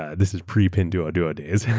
ah this is pre-pinduoduo days,